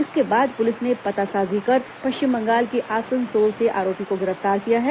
इसके बाद पुलिस ने पतासाजी कर पश्चिम बंगाल के आसनसोल से आरोपी को गिरफ्तार किया है